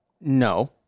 No